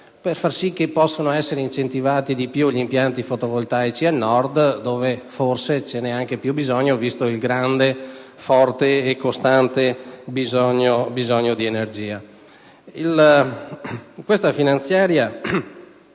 per far sì che possano essere incentivati di più gli impianti fotovoltaici al Nord, dove forse sono anche più necessari, visto il grande, forte e costante bisogno di energia. Questa finanziaria